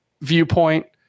viewpoint